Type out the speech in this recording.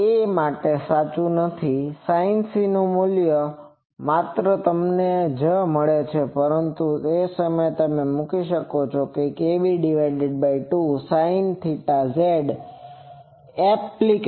આ સાચું નથી આપણે જોયું છે કે sinc ના આ મૂલ્ય માત્ર તમને જ મળે છે પરંતુ તે સમયે તમે મૂકી શકો છો કે kb2sins App